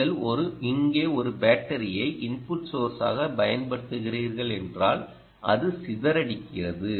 நீங்கள் இங்கே ஒரு பேட்டரியை இன்புட் சோர்ஸாக பயன்படுத்துகிறீர்கள் என்றால் அது சிதறடிக்கிறது